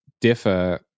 differ